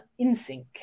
InSync